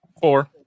Four